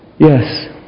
Yes